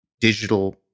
digital